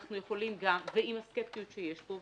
אנחנו יכולים גם ועם הסקפטיות שיש פה,